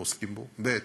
אנחנו עוסקים בו, ב.